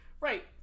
Right